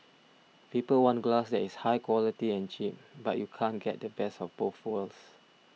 people want glass is high quality and cheap but you can't get the best of both worlds